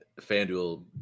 FanDuel